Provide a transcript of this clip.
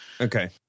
okay